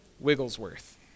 Wigglesworth